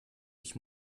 ich